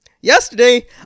yesterday